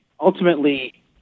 ultimately